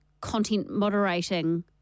content-moderating